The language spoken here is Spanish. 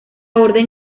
orden